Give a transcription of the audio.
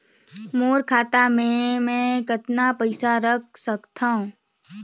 मोर खाता मे मै कतना पइसा रख सख्तो?